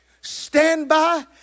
standby